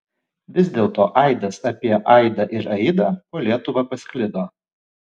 vis dėlto aidas apie aidą ir aidą po lietuvą pasklido